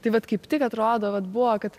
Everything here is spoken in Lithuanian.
tai vat kaip tik atrodo vat buvo kad